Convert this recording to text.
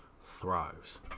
thrives